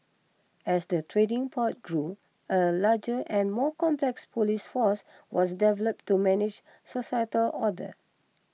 as the trading port grew a larger and more complex police force was developed to manage societal order